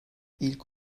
i̇lk